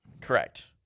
Correct